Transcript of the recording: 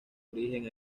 origen